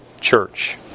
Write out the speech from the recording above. church